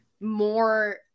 more